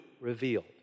revealed